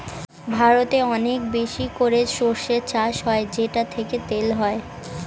ভারতে অনেক বেশি করে সরষে চাষ হয় যেটা থেকে তেল হয়